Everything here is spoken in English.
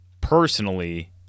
personally